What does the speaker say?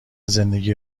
زندگی